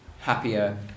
happier